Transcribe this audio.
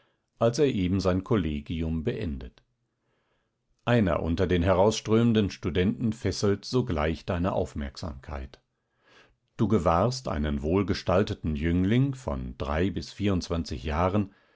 als er eben sein kollegium beendet einer unter den herausströmenden studenten fesselt sogleich deine aufmerksamkeit du gewahrst einen wohlgestalteten jüngling von drei bis vierundzwanzig jahren